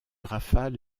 rafale